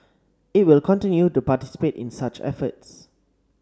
it will continue to participate in such efforts